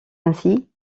ainsi